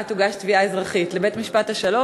תוגש תביעה אזרחית: לבית-משפט השלום,